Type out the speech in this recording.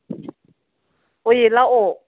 ꯍꯣꯏ ꯂꯥꯛꯑꯣ